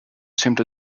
simply